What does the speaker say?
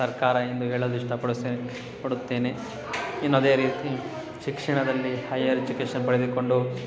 ಸರ್ಕಾರ ಎಂದು ಹೇಳಲು ಇಷ್ಟಪಡುತ್ತೇನ್ ಪಡುತ್ತೇನೆ ಇನ್ನ ಅದೇ ರೀತಿ ಶಿಕ್ಷಣದಲ್ಲಿ ಹೈಯರ್ ಎಜುಕೇಷನ್ ಪಡೆದುಕೊಂಡು